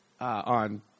on